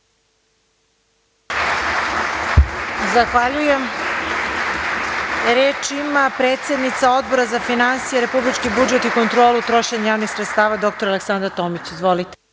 Zahvaljujem. Reč ima predsednica Odbora za finansije, republički budžet i kontrolu trošenja javnih sredstava, dr Aleksandra Tomić. Izvolite.